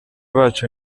bacu